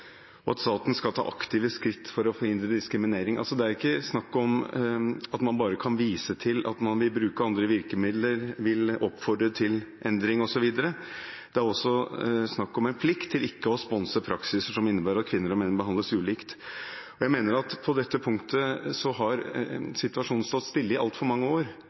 at statene skal ta aktive skritt for å forhindre diskriminering.» Det er altså ikke snakk om at man bare kan vise til at man vil bruke andre virkemidler, oppfordre til endring, osv. Det er også snakk om en plikt til ikke å sponse praksiser som innebærer at kvinner og menn behandles ulikt. Jeg mener at på dette punktet har situasjonen stått stille i altfor mange år.